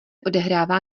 odehrává